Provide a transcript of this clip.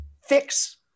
fix